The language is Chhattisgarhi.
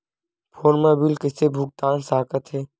फोन मा बिल कइसे भुक्तान साकत हन?